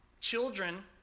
Children